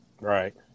right